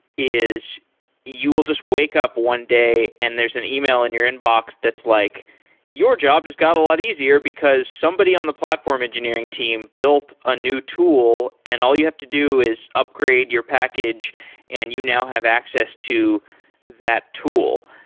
is you will just wake up one day and there's an email in your inbox that's like you're job just got a lot easier because somebody on the platform engineering team built a new tool and all you have to do is upgrade your package and you now have access to that tool.